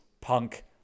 punk